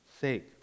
sake